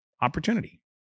opportunity